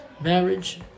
marriage